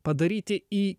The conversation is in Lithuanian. padaryti į